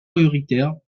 prioritaires